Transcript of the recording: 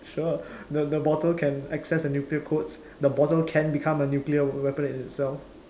sure the the bottle can access the nuclear codes the bottle can become a nuclear weapon in itself